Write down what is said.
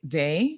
day